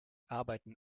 arbeiten